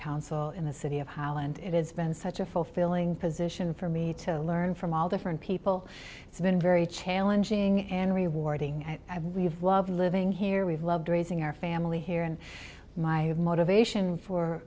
council in the city of highland it has been such a fulfilling position for me to learn from all different people it's been very challenging and rewarding i believe love living here we've loved raising our family here and my motivation for